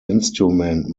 instrument